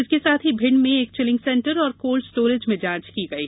इसके साथ ही भिंड में एक चिलिंग सेन्टर और कोल्ड स्टोरेज में जांच की गयी